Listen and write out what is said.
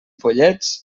pollets